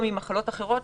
גם ממחלות אחרות,